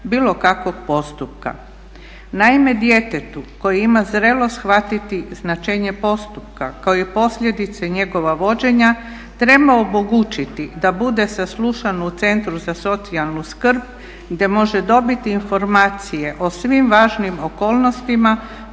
bilo kakvog postupka. Naime, djetetu koje ima zrelo shvatiti značenje postupka kao i posljedice njegova vođenja, treba omogućiti da bude saslušano u Centru za socijalnu skrb i da može dobiti informacije o svim važnim okolnostima